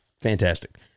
fantastic